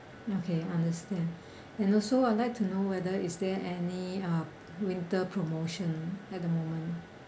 okay understand and also I would like to know whether is there any uh winter promotion at the moment